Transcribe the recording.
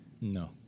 No